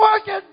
working